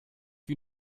wie